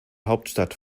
hauptstadt